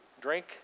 Drink